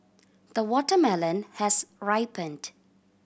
the watermelon has ripened